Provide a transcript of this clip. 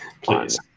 Please